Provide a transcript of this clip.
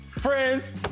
Friends